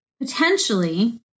potentially